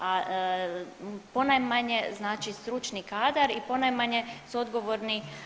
A ponajmanje znači stručni kadar i ponajmanje su odgovorni